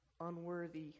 unworthy